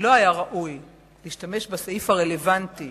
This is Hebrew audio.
שלא היה ראוי להשתמש בסעיף הרלוונטי